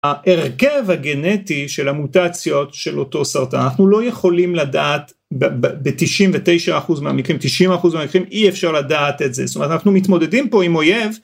ההרכב הגנטי של המוטציות של אותו סרטן, אנחנו לא יכולים לדעת ב-99% מהמקרים, 90% מהמקרים אי אפשר לדעת את זה, זאת אומרת אנחנו מתמודדים פה עם אויב